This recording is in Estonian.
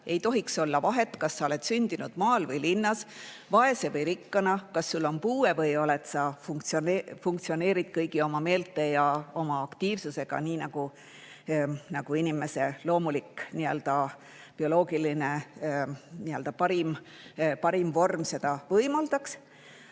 ei tohiks olla vahet, kas sa oled sündinud maal või linnas, vaese või rikkana, kas sul on puue või sa funktsioneerid kõigi oma meelte ja oma aktiivsusega, nii nagu inimese loomulik bioloogiline parim vorm seda võimaldaks.